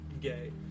gay